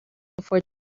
before